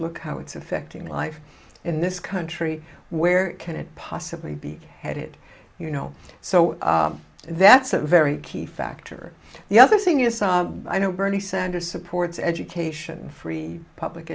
look how it's affecting life in this country where can it possibly be headed you know so that's a very key factor the other thing is i know bernie sanders supports education free public